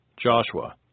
Joshua